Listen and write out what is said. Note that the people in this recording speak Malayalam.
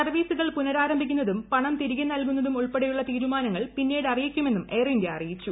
സർവ്വീസുകൾ പുനരാരംഭിക്കുന്നതും പണം തിരിക്ക് ്നൽകുന്നതും ഉൾപ്പെടെ യുള്ള തീരുമാനങ്ങൾ പിന്നീട് പ്രഅറിയിക്കുമെന്നും എയർ ഇന്ത്യ അറിയിച്ചു